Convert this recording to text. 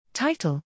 Title